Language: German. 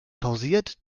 pausiert